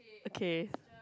okay